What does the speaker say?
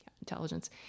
intelligence